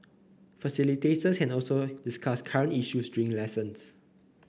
facilitators can also discuss current issues during lessons